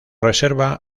reserva